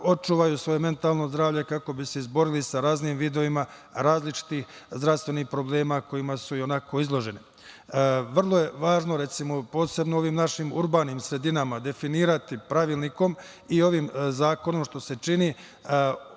očuvaju svoje mentalno zdravlje kako bi se izborili sa raznim vidovima različitih zdravstvenih problema kojima su ionako izloženi. Vrlo je važno, recimo, posebno u ovim našim urbanim sredinama definisati pravilnikom i ovim zakonom, što se čini,